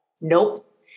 Nope